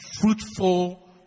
fruitful